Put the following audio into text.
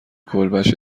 کلبش